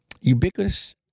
ubiquitous